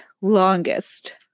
longest